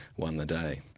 won the day.